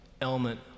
element